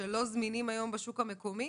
שלא זמינים היום בשוק המקומי?